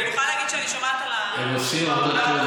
אני יכולה להגיד שאני שומעת, הם עושים עבודת קודש.